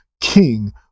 king